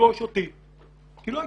לפגוש אותי כי לא הצלחנו.